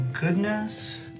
goodness